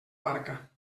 barca